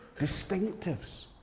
distinctives